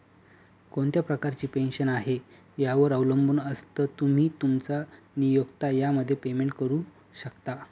कोणत्या प्रकारची पेन्शन आहे, यावर अवलंबून असतं, तुम्ही, तुमचा नियोक्ता यामध्ये पेमेंट करू शकता